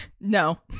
No